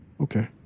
Okay